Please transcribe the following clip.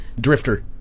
Drifter